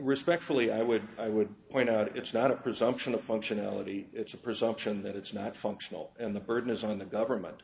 respectfully i would i would point out it's not a presumption of functionality it's a presumption that it's not functional and the burden is on the government